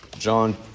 John